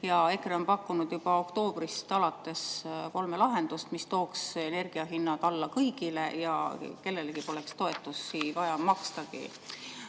EKRE on pakkunud juba oktoobrist alates kolme lahendust, mis tooks energiahinnad alla kõigil ja kellelegi poleks toetusi vaja makstagi.